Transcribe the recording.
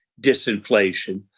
disinflation